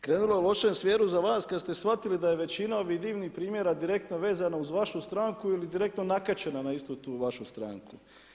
Krenulo je u lošem smjeru za vas kad ste shvatili da je većina ovih divnih primjera direktno vezana uz vašu stranku ili direktno nakačena na istu tu vašu stranku.